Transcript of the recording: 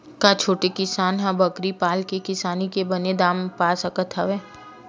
का छोटे किसान ह बकरी पाल के किसानी के बने दाम पा सकत हवय?